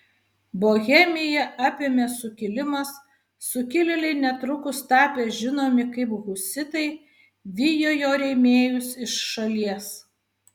bohemiją apėmė sukilimas sukilėliai netrukus tapę žinomi kaip husitai vijo jo rėmėjus iš šalies